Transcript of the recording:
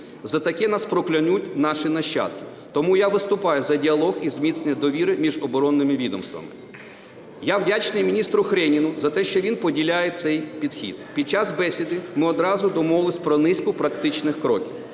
за таке нас проклянуть наші нащадки. Тому я виступаю за діалог і зміцнення довіри між оборонними відомствами. Я вдячний міністру Хреніну за те, що він поділяє цей підхід. Під час бесіди ми одразу домовились про низку практичних кроків.